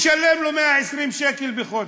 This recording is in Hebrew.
משלם לו 120 שקל בחודש,